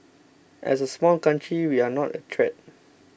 as a small country we are not a threat